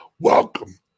Welcome